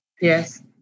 Yes